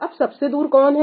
अब सबसे दूर कौन है